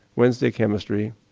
wednesday chemistry,